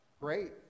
great